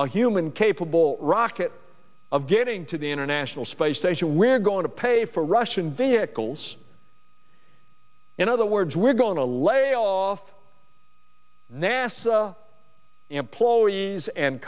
a human capable rocket of getting to the international space station we're going to pay for russian vehicles in other words we're going to lay off nasa employees and